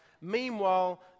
Meanwhile